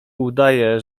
udaję